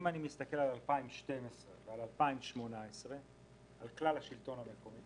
אם אני מסתכל על 2012 ועל 2018 על כלל השלטון המקומי,